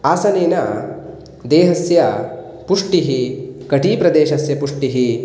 आसनेन देहस्य पुष्टिः कटिप्रदेशस्य पुष्टिः